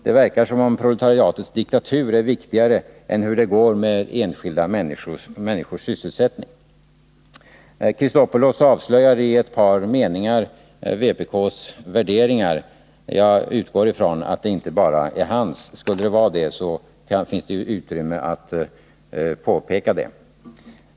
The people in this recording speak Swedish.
Det verkar som om proletariatets diktatur är viktigare än hur det går med enskilda människors sysselsättning. Herr Chrisopoulos avslöjar i ett par meningar vpk:s värderingar. Jag utgår från att det inte bara är hans. Skulle det vara så, finns det utrymme för att påpeka det.